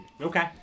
Okay